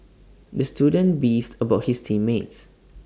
the student beefed about his team mates